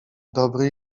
dobry